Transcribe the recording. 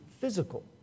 physical